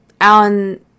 Alan